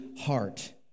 heart